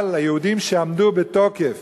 אבל היהודים שעמדו בתוקף